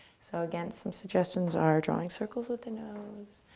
so again, some suggestions are drawing circles with the nose,